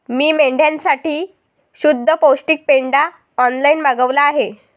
मी मेंढ्यांसाठी शुद्ध पौष्टिक पेंढा ऑनलाईन मागवला आहे